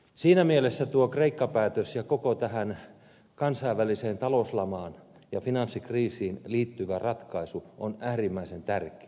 siinä mielessä tuo kreikka päätös ja koko tähän kansainväliseen talouslamaan ja finanssikriisiin liittyvä ratkaisu on äärimmäisen tärkeä